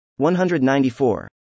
194